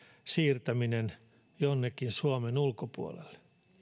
siirtäminen jonnekin suomen ulkopuolelle